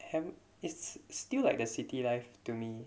have it's still like the city life to me